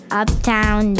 uptown